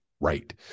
right